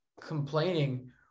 complaining